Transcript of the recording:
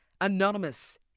anonymous